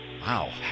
wow